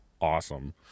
awesome